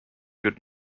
good